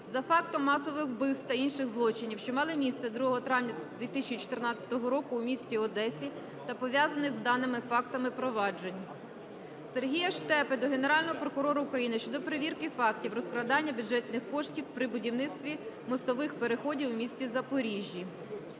за фактом масових вбивств та інших злочинів, що мали місце 2 травня 2014 року у місті Одесі, та пов'язаних з даними фактами проваджень. Сергія Штепи до Генерального прокурора України щодо перевірки фактів розкрадання бюджетних коштів при будівництві мостових переходів в місті Запоріжжі.